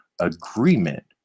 agreement